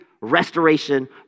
restoration